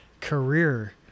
career